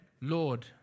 Lord